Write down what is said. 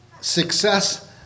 Success